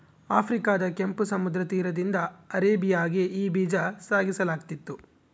ಆಫ್ರಿಕಾದ ಕೆಂಪು ಸಮುದ್ರ ತೀರದಿಂದ ಅರೇಬಿಯಾಗೆ ಈ ಬೀಜ ಸಾಗಿಸಲಾಗುತ್ತಿತ್ತು